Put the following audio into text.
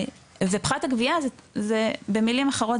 ופחת הגבייה זה במילים אחרות,